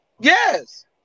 Yes